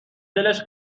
دلش